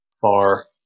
far